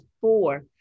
four